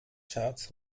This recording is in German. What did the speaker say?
charts